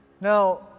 Now